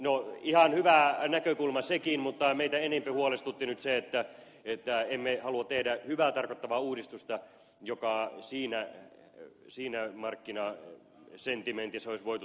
no ihan hyvä näkökulma sekin mutta meitä enempi huolestutti nyt se että emme halua tehdä hyvää tarkoittavaa uudistusta joka siinä markkinasentimentissä olisi voitu tulkita väärin